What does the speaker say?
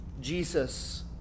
Jesus